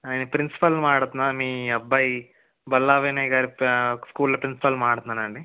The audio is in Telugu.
ప్రిన్సిపాల్ని మాట్లాడుతున్నా మీ అబ్బాయి బళ్ళా వినయ్గారి స్కూల్ ప్రిన్సిపాల్ని మాట్లాడుతున్నానండి